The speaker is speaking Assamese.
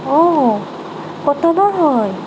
অঁ কটনৰ হয়